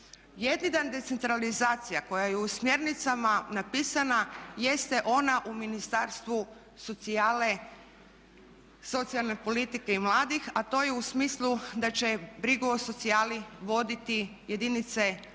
Jedina decentralizacija koja je u smjernicama napisana jeste ona u Ministarstvu socijale, socijalne politike i mladih a to je u smislu da će brigu o socijali voditi jedinice lokalne